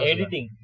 Editing